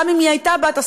גם אם היא הייתה בת-השגה,